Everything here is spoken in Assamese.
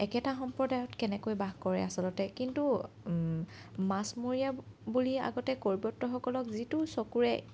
একেটা সম্প্ৰদায়ত কেনেকৈ বাস কৰে আচলতে কিন্ত মাছমৰীয়া বুলি আগতে কৈৱৰ্তসকলক যিটো চকুৰে